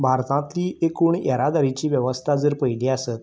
भारतांतली एकूण येरादारीची वेवस्था जर पयली आसत